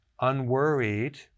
unworried